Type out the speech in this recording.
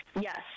Yes